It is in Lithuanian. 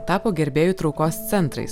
tapo gerbėjų traukos centrais